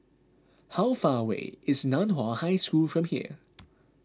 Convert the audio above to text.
how far away is Nan Hua High School from here